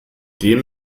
dem